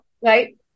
Right